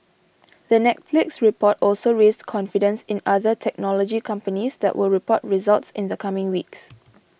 the Netflix report also raised confidence in other technology companies that will report results in the coming weeks